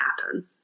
happen